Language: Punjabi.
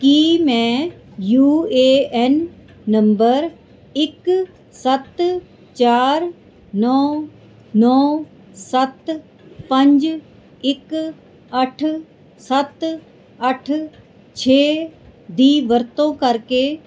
ਕੀ ਮੈਂ ਯੂ ਏ ਐੱਨ ਨੰਬਰ ਇੱਕ ਸੱਤ ਚਾਰ ਨੌ ਨੌ ਸੱਤ ਪੰਜ ਇੱਕ ਅੱਠ ਸੱਤ ਅੱਠ ਛੇ ਦੀ ਵਰਤੋਂ ਕਰਕੇ